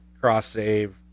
cross-save